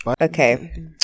Okay